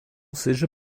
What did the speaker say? seja